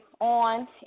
on